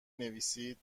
نویسید